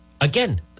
again